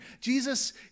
Jesus